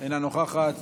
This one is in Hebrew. אינה נוכחת,